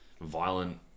violent